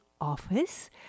office